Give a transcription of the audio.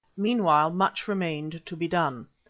meanwhile, much remained to be done.